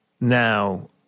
now